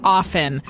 often